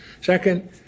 Second